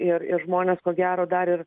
ir ir žmonės ko gero dar ir